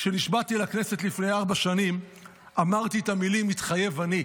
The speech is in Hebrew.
כשנשבעתי לכנסת לפני ארבע שנים אמרתי את המילים "מתחייב אני".